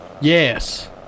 Yes